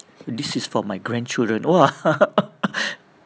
this is for my grandchildren !wah!